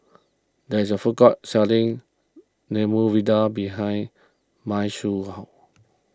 there is a food court selling Medu Vada behind Mai's house